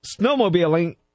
snowmobiling